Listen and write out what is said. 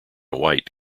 white